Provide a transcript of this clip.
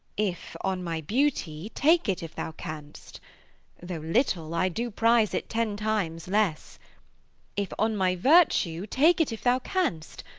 if on my beauty, take it if thou canst though little, i do prize it ten times less if on my virtue, take it if thou canst,